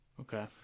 Okay